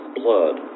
blood